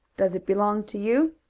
does it belong to you?